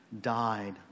died